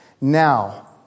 Now